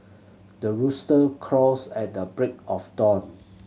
the rooster crows at the break of dawn